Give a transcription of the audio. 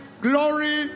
glory